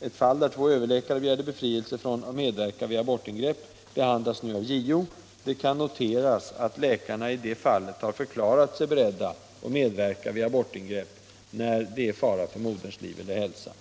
Ett fall där två överläkare begärde befrielse från att medverka vid abortingrepp behandlas nu av JO. Det kan noteras att läkarna i det fallet har förklarat sig beredda att medverka vid abortingrepp när det är fara för moderns liv eller hälsa.